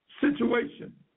situation